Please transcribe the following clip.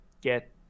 get